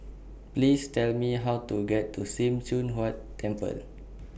Please Tell Me How to get to SIM Choon Huat Temple